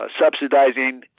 subsidizing